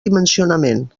dimensionament